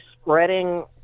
spreading